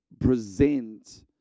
present